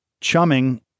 Chumming